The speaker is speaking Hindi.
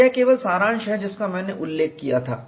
और यह केवल सारांश है जिसका मैंने उल्लेख किया था